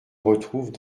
retrouvent